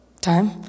time